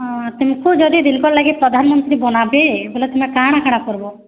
ହୁଁ ତୁମ୍କୁ ଯଦି ଦିନ୍କର୍ ଲାଗି ପ୍ରଧାନମନ୍ତ୍ରୀ ବନାବେ ବେଲେ ତୁମେ କାଣା କାଣା କର୍ବ